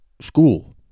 school